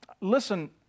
Listen